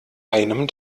einem